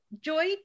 Joy